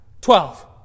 Twelve